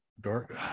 Dark